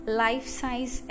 life-size